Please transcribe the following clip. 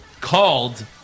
called